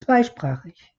zweisprachig